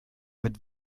mit